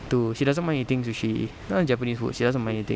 to she doesn't mind eating sushi you know japanese food she doesn't mind anything